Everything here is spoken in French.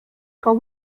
quand